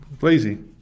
lazy